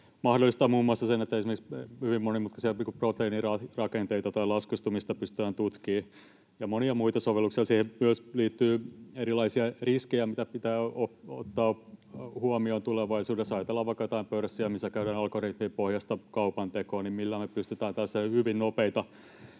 mahdollistaa muun muassa sen, että esimerkiksi hyvin monimutkaisia, niin kuin proteiinin rakenteita tai laskostumista, pystytään tutkimaan, ja on monia muita sovelluksia. Siihen liittyy myös erilaisia riskejä, mitä pitää ottaa huomioon tulevaisuudessa. Kun ajatellaan vaikka jotain pörssiä, missä käydään algoritmipohjaista kaupantekoa, niin millä me pystytään hyvin nopeissa